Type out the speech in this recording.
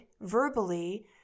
verbally